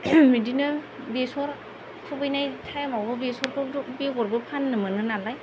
बिदिनो बेसर फुहैनाय टाइमावबो बेसरखौ बेगरबो फाननो मोनो नालाय